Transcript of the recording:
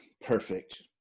perfect